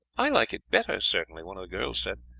i like it better, certainly, one of the girls said,